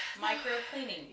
micro-cleaning